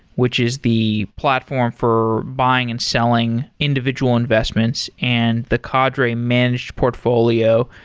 which is the platform for buying and selling individual investments and the cadre managed portfolio,